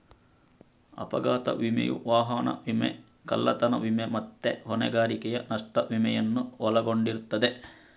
ಅಪಘಾತ ವಿಮೆಯು ವಾಹನ ವಿಮೆ, ಕಳ್ಳತನ ವಿಮೆ ಮತ್ತೆ ಹೊಣೆಗಾರಿಕೆಯ ನಷ್ಟ ವಿಮೆಯನ್ನು ಒಳಗೊಂಡಿರ್ತದೆ